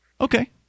Okay